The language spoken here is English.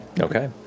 Okay